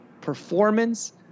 performance